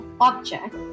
object